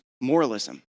moralism